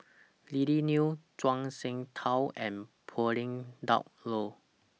Lily Neo Zhuang Shengtao and Pauline Dawn Loh